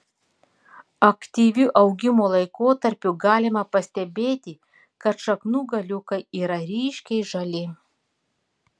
aktyviu augimo laikotarpiu galima pastebėti kad šaknų galiukai yra ryškiai žali